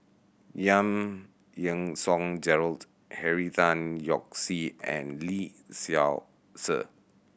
Yang Yean Song Gerald Henry Tan Yoke See and Lee Seow Ser